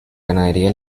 ganadería